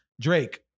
Drake